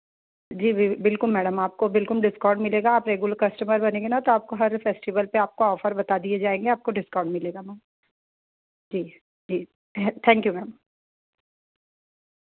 जी बिलकुल मैडम आपको bill discount मिलेगा आप रेगुलर कस्टमर बनेंगे ना तो आपको हर फेस्टिवल आपका ऑफर बता दिए जाएँगे आपको डिस्काउंट मिलेगा मैम जी जी थैंक थैंक यू मैम